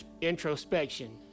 introspection